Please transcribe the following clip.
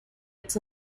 its